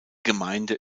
gemeinde